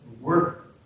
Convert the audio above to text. Work